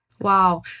Wow